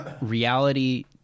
reality